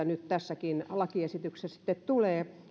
nyt tässäkin lakiesityksessä tulee